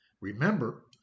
Remember